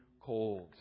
cold